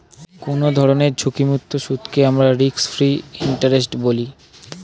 কোনো ধরনের ঝুঁকিমুক্ত সুদকে আমরা রিস্ক ফ্রি ইন্টারেস্ট বলি